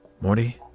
Morty